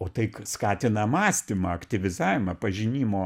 o tai skatina mąstymą aktyvizavimą pažinimo